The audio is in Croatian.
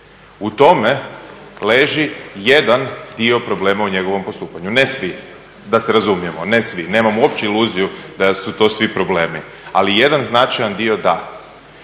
U tome leži jedan dio problema u njegovom postupanju, ne svi da se razumijemo, ne svi. Nemam uopće iluziju da su to svi problemi. Ali jedan značajan dio da.